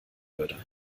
würde